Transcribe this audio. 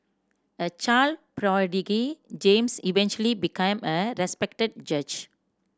a child prodigy James eventually became a respected judge